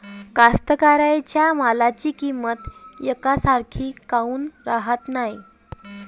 कास्तकाराइच्या मालाची किंमत यकसारखी काऊन राहत नाई?